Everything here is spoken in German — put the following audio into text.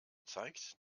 zeigt